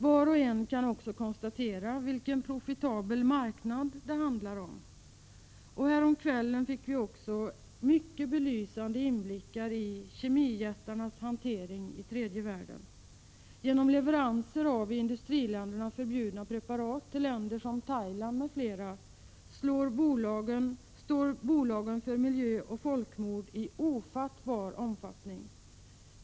Var och en kan också konstatera att det handlar om en profitabel marknad. Häromkvällen fick vi mycket belysande inblickar i kemijättarnas hantering i tredje världen. Genom leveranser av i industriländerna förbjudna preparat till länder som Thailand m.fl. står bolagen för ett miljöoch folkmord av ofattbar omfattning.